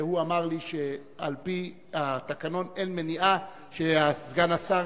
והוא אמר לי שעל-פי התקנון אין מניעה שסגן השר